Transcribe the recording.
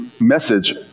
message